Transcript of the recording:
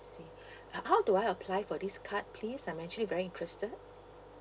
I see h~ how do I apply for this card please I'm actually very interested